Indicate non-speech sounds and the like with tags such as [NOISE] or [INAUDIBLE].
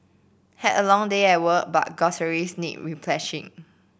had a long day at work but groceries need [UNINTELLIGIBLE]